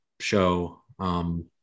show